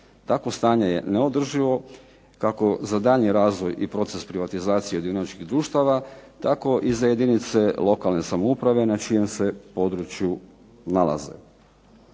Takvo stanje je neodrživo kako za daljnji razvoj i proces privatizacije dioničkih društava tako i za jedinice lokalne samouprave na čijem se području nalaze.